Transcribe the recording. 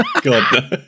God